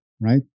right